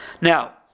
Now